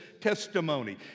testimony